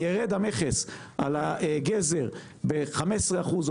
שאלת חבר הכנסת מרגי על הפיקוח: אני מבין את חוסר האמון מול המדינה,